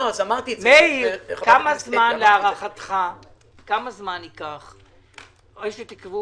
כמה זמן ייקח להערכתך עד שתקבעו